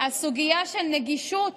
הסוגיה של נגישות